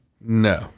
No